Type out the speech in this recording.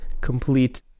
complete